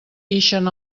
ixen